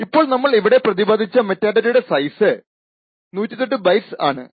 ഇപ്പോൾ നമ്മൾ ഇവിടെ പ്രദിപാതിച്ച മെറ്റാഡാറ്റയുടെ സൈസ് 128 ബൈറ്റ്സ് ആണ്